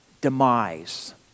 demise